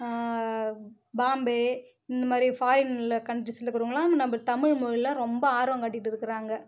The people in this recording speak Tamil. பாம்பே இந்த மாதிரி ஃபாரினில் கன்ட்ரிஸில் இருக்கிறவங்களாம் நம்ம தமிழ் மொழியில் ரொம்ப ஆர்வம் காட்டிகிட்டு இருக்கிறாங்க